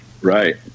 right